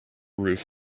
roof